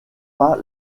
pas